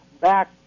Back